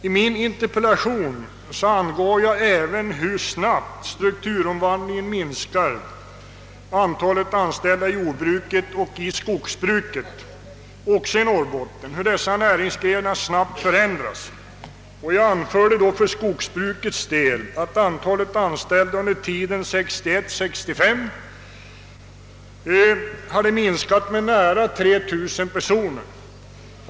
I min interpellation angav jag även hur snabbt strukturomvandlingen minskar antalet anställda i jordbruket och i skogsbruket, också i Norrbotten, och hur dessa näringsgrenar snabbt förändras. Jag anförde beträffande skogsbruket att antalet anställda under tiden 1961—1965 hade minskat med nära 3 000 personer.